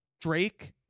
Drake